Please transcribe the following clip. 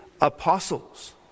apostles